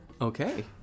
Okay